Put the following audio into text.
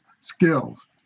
skills